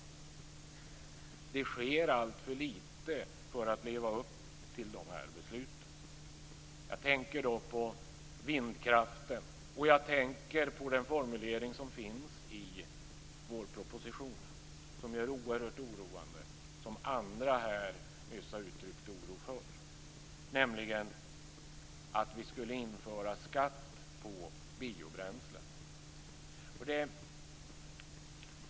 Det sker alltför lite när det gäller att leva upp till dessa beslut. Jag tänker då på vindkraften, och jag tänker på den formulering som finns i vårpropositionen som är oerhört oroande och som andra här nyss har uttryckt oro för, nämligen att vi skulle införa skatt på biobränslen.